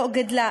לא גדלה.